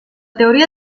teoria